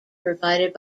provided